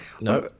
No